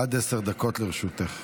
עד עשר דקות לרשותך.